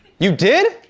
you did?